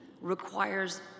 requires